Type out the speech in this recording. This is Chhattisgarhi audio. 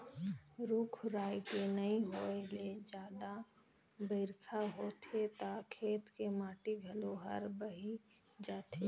रूख राई के नइ होए ले जादा बइरखा होथे त खेत के माटी घलो हर बही जाथे